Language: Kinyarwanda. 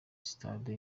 sitade